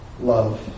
love